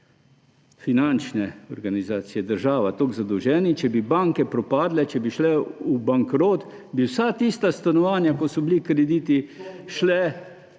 finančne organizacije, država toliko zadolženi in če bi banke propadle in šle v bankrot, bi vsa tista stanovanja, ko so bili krediti –